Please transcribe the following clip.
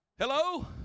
Hello